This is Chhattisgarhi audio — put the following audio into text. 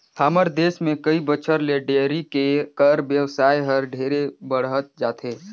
हमर देस में कई बच्छर ले डेयरी कर बेवसाय हर ढेरे बढ़हत जाथे